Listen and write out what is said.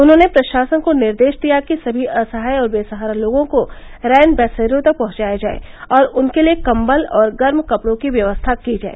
उन्होंने प्रशासन को निर्देश दिया कि सभी असहाय और बेसहारा लोगों को रैन बसेरों तक पहुंचाया जाए और उनके लिये कम्बल और गर्म कपड़ों की व्यवस्था की जाए